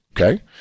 Okay